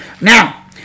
Now